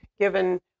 given